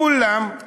כולם,